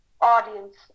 audience